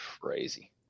crazy